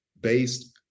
based